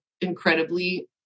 incredibly